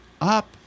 up